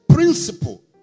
principle